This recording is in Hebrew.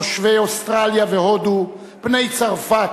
תושבי אוסטרליה והודו, בני צרפת,